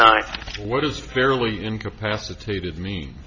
nine what is fairly incapacitated